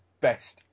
best